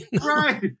Right